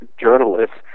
journalists